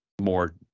more